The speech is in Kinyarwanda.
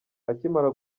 akimara